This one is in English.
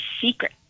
secret